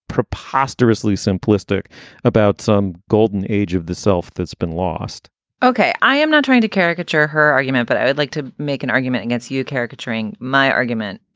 preposterously simplistic about some golden age of the self that's been lost ok. i am not trying to caricature her argument, but i would like to make an argument against you caricaturing my argument.